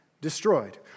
destroyed